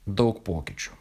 daug pokyčių